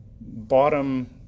bottom